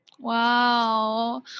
Wow